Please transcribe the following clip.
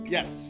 Yes